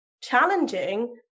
challenging